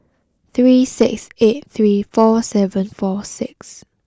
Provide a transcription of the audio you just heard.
three six eight three four seven four six